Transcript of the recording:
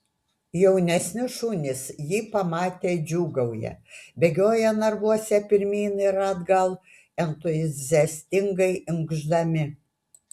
jaunesni šunys jį pamatę džiūgauja bėgioja narvuose pirmyn ir atgal entuziastingai inkšdami